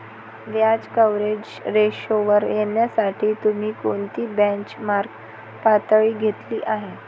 व्याज कव्हरेज रेशोवर येण्यासाठी तुम्ही कोणती बेंचमार्क पातळी घेतली आहे?